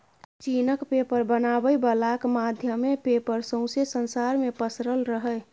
चीनक पेपर बनाबै बलाक माध्यमे पेपर सौंसे संसार मे पसरल रहय